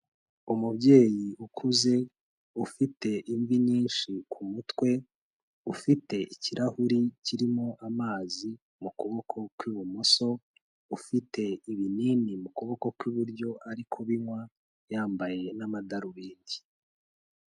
Umubyeyi ukuze, ufite imvi nyinshi ku mutwe, ufite ikirahuri kirimo amazi mu kuboko kw'ibumoso, ufite ibinini mu kuboko kw'iburyo ari kubinywa, yambaye n'amadarubindi.